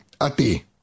Ati